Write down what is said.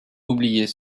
oublier